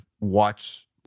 watch